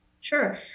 Sure